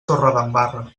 torredembarra